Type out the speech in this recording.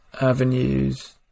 Avenues